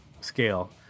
scale